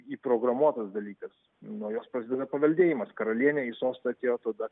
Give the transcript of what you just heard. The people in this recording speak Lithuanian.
įprogramuotas dalykas nuo jos prasideda paveldėjimas karalienė į sostą atėjo tada